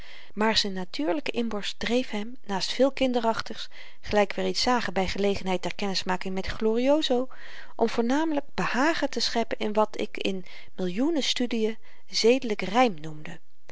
maar z'n natuurlyke inborst dreef hem naast veel kinderachtigs gelyk we reeds zagen by gelegenheid der kennismaking met glorioso om voornamelyk behagen te scheppen in wat ik in millioenen studien zedelyk rym noemde